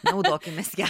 naudokimės ja